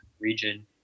region